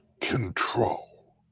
control